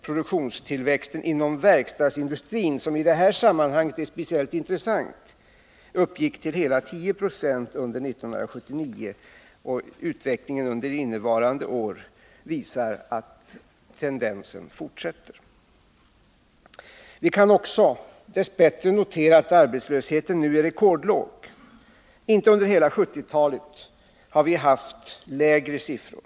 Produktionstillväxten inom verkstadsindustrin, som i detta sammanhang är speciellt intressant, uppgick till hela 10 26 under 1979, och utvecklingen under innevarande år visar att tendensen fortsätter. Vi kan också glädjande nog notera att arbetslösheten nu är rekordlåg. Inte 13 under hela 1970-talet har vi haft lägre siffror.